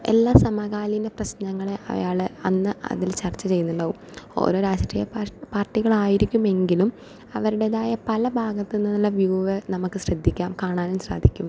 എല്ലാ സമകാലീന പ്രശ്നങ്ങൾ അയാളെ അന്ന് അതിൽ ചർച്ച ചെയ്യുന്നുണ്ടാവും ഓരോ രാഷ്ട്രീയ പാർട്ടികൾ ആയിരിക്കും എങ്കിലും അവരുടെതായ പല ഭാഗത്തു നിന്നുള്ള വ്യൂവ് നമുക്ക് ശ്രദ്ധിക്കാം കാണാനും സാധിക്കും